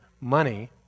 money